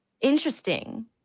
Interesting